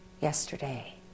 yesterday